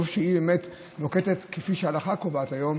טוב שהיא באמת נוקטת כפי שההלכה קובעת היום,